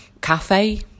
cafe